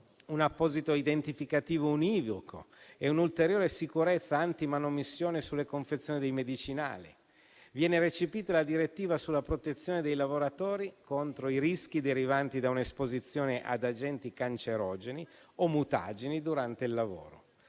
un apposito identificativo univoco e un'ulteriore sicurezza antimanomissione sulle confezioni dei medicinali. Viene recepita la direttiva sulla protezione dei lavoratori contro i rischi derivanti da un'esposizione ad agenti cancerogeni o mutageni durante il lavoro.